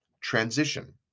transition